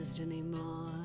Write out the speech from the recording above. anymore